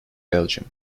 belgium